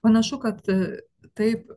panašu kad taip